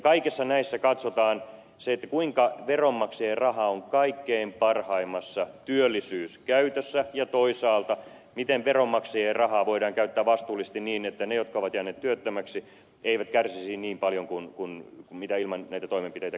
kaikissa näissä katsotaan kuinka veronmaksajien raha on kaikkein parhaimmassa työllisyyskäytössä ja toisaalta miten veronmaksajien rahaa voidaan käyttää vastuullisesti niin että ne jotka ovat jääneet työttömiksi eivät kärsisi niin paljon kuin ilman näitä toimenpiteitä kärsisivät